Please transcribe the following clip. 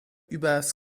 übers